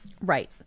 Right